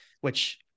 which-